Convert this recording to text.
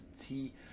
tea